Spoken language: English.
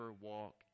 walk